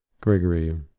Gregory